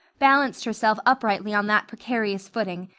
balanced herself uprightly on that precarious footing,